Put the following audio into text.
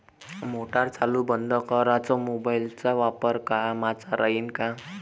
Motor चालू बंद कराच मोबाईलचा वापर कामाचा राहीन का?